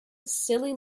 silly